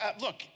look